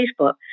Facebook